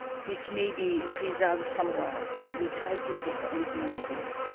which may be preserved somewhere else. we try to get the original material.